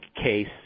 case